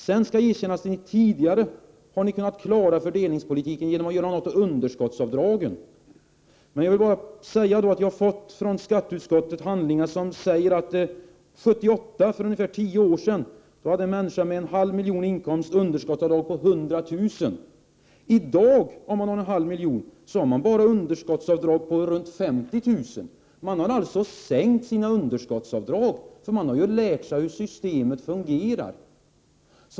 Sedan skall det erkännas att ni tidigare har kunnat klara fördelningspoliti ken genom att göra något åt underskottsavdragen. Jag har från skatteutskot tet fått handlingar, där det framgår att år 1978, alltså för tio år sedan, hade en människa med en halv miljon i årsinkomst underskottsavdrag på 100 000 kr Om man i dag har en årsinkomst på en halv miljon har man bara 50 000 kr. underskottsavdrag. Man har alltså sänkt underskottsavdragen — man har lär] sig hur systemet fungerar.